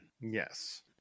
yes